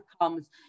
comes